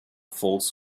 folks